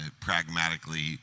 pragmatically